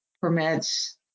permits